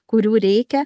kurių reikia